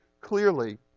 clearly